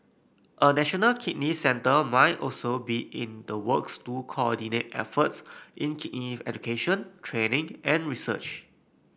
a national kidney centre might also be in the works to coordinate efforts in kidney education training and research